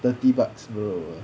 thirty bucks bro